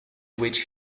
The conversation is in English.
which